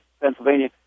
Pennsylvania